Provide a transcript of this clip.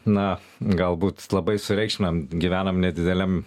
na galbūt labai sureikšminam gyvenam nedideliam